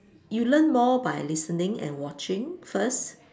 you learn more by listening and watching first